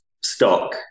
stock